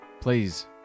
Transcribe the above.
please